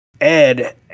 Ed